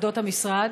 עובדות המשרד?